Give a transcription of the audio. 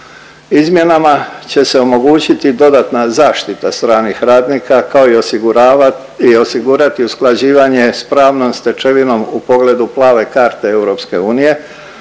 Izmjenama će se omogućiti dodatna zaštita stranih radnika kao i osiguravati i osigurati usklađivanje s pravnom stečevinom u pogledu plave karte EU